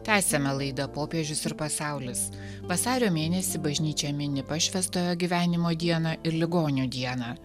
tęsiame laidą popiežius ir pasaulis vasario mėnesį bažnyčia mini pašvęstojo gyvenimo dieną ir ligonių dieną